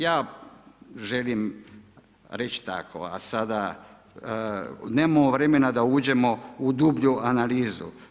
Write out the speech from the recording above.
Ja želim reći tako a sada nemamo vremena da uđemo u dublju analizu.